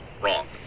Wrong